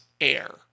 air